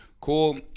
cool